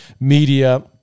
Media